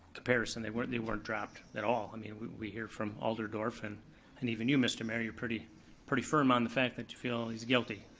comparison, they weren't they weren't dropped at all. i mean we we hear from alder dorff, and and even you, mr. mayor, you're pretty pretty firm on the fact that you feel he's guilty.